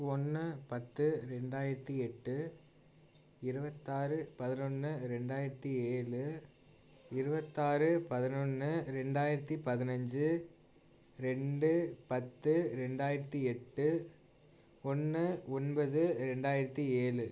ஒன்று பத்து ரெண்டாயிரத்தி எட்டு இருபத்தாறு பதினொன்று ரெண்டாயிரத்தி ஏழு இருபத்தாறு பதினொன்று ரெண்டாயிரத்தி பதினைஞ்சி ரெண்டு பத்து ரெண்டாயிரத்தி எட்டு ஒன்று ஒன்பது ரெண்டாயிரத்தி ஏழு